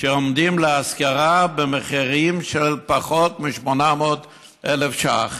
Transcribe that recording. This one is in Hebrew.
שעומדות להשכרה במחירים של פחות מ-800,000 שקל.